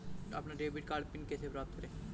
अपना debit card PIN कैसे प्राप्त करें?